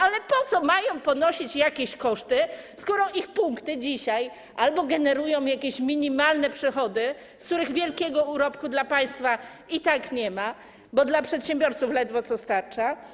Ale po co mają ponosić jakieś koszty, skoro ich punkty dzisiaj generują jakieś minimalne przychody, z których wielkiego urobku dla państwa i tak nie ma, bo dla przedsiębiorców ledwo co starcza?